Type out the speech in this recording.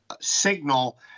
signal